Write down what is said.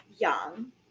young